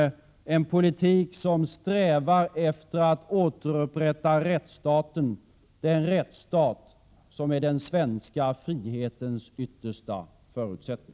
Det är en politik som strävar efter att återupprätta rättsstaten — den rättsstat som är den svenska frihetens yttersta förutsättning.